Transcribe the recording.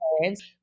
parents